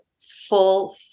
full